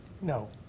No